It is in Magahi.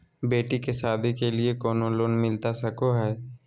बेटी के सादी के लिए कोनो लोन मिलता सको है?